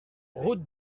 route